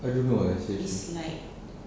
I don't know lah seriously